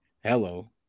hello